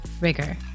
rigor